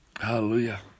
Hallelujah